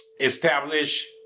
establish